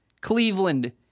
Cleveland